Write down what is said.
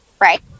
right